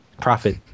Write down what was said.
profit